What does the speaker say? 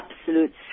absolute